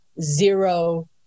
zero